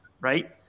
right